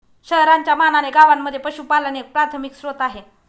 शहरांच्या मानाने गावांमध्ये पशुपालन एक प्राथमिक स्त्रोत आहे